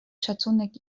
szacunek